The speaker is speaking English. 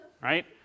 right